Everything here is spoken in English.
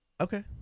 Okay